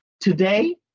Today